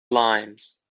limes